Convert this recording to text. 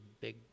big